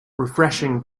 refreshing